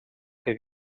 que